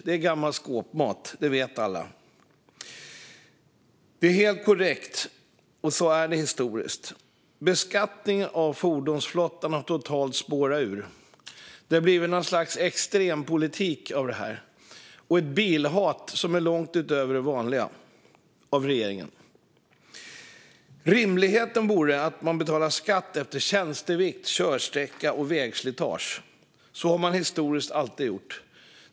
Det är gammal skåpmat. Det vet alla. Det är helt korrekt, och så är det historiskt. Beskattningen av fordonsflottan har totalt spårat ur. Det har blivit något slags extrempolitik av detta och ett bilhat som är långt över det vanliga från regeringens sida. Det rimliga vore att man betalade skatt efter fordonets tjänstevikt, körsträcka och vägslitage. Så har man historiskt alltid gjort.